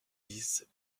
dix